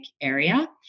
area